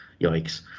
yikes